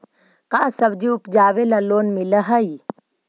का सब्जी उपजाबेला लोन मिलै हई?